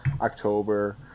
October